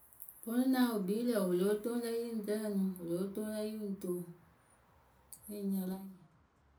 Vǝ ŋ naa wɨ kpii lǝ̈ wɨ lóo toŋ lǝ yɨ ŋ rǝǝnɨ wɨ lóo toŋ lǝ yɨ ŋ to yɨ ŋ nya la ŋ nyɩŋ.